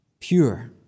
pure